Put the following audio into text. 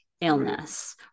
illness